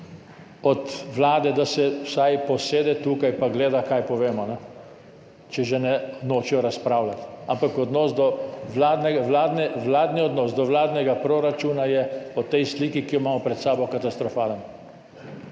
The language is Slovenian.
od vlade, da se vsaj posede tukaj in gleda, kaj povemo, če že nočejo razpravljati, ampak vladni odnos do vladnega proračuna je v tej sliki, ki jo imamo pred sabo, katastrofalen.